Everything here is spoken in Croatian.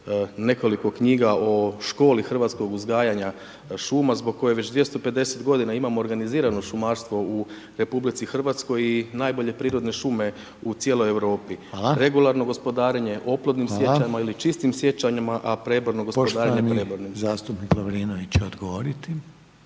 nekoliko knjiga o školi hrvatskog uzgajanja šuma zbog koje već 250 godina imamo organizirano šumarstvo u RH i najbolje prirodne šume u cijeloj Europi …/Upadica: Hvala./… regularno gospodarenje oplodnim sječama ili čistim sječama a preborno gospodarenje prebornim. **Reiner, Željko (HDZ)** Hvala, poštovani zastupnik Lovrinović će odgovoriti.